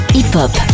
Hip-hop